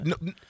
no